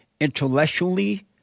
intellectually